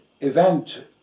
event